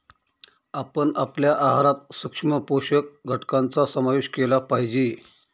आपण आपल्या आहारात सूक्ष्म पोषक घटकांचा समावेश केला पाहिजे